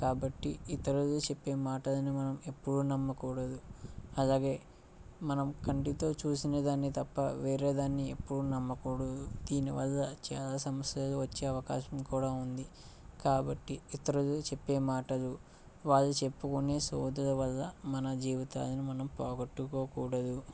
కాబట్టి ఇతరులు చెప్పే మాటలను మనం ఎప్పుడూ నమ్మకూడదు అలాగే మనం కంటితో చూసినదాన్ని తప్ప వేరేదాన్ని ఎక్కువగా నమ్మకూడదు దీని వల్ల చాలా సమస్యలు వచ్చే అవకాశం కూడా ఉంది కాబట్టి ఇతరులు చెప్పే మాటలు వాళ్ళు చెప్పుకొనే సోదుల వల్ల మన జీవితాలను మనం పోగొట్టుకోకూడదు